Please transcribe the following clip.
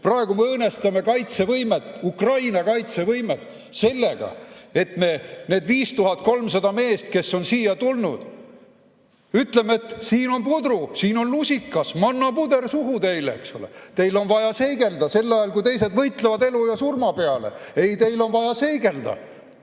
Praegu me õõnestame kaitsevõimet, Ukraina kaitsevõimet, sellega, et me neile 5300 mehele, kes on siia tulnud, ütleme, et siin on pudru, siin on lusikas, mannapuder suhu teile, eks ole. Teil on vaja seigelda sel ajal, kui teised võitlevad elu ja surma peale. Ei, teil on vaja seigelda!